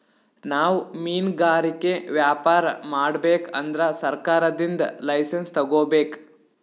ನಾವ್ ಮಿನ್ಗಾರಿಕೆ ವ್ಯಾಪಾರ್ ಮಾಡ್ಬೇಕ್ ಅಂದ್ರ ಸರ್ಕಾರದಿಂದ್ ಲೈಸನ್ಸ್ ತಗೋಬೇಕ್